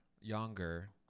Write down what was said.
younger